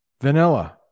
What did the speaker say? vanilla